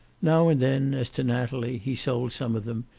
now and then, as to natalie, he sold some of them,